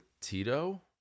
Tito